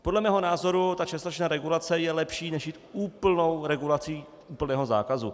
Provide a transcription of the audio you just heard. Podle mého názoru ta částečná regulace je lepší než jít úplnou regulací, úplného zákazu.